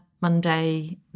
Monday